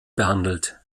behandelt